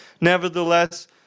Nevertheless